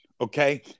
Okay